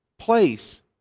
Place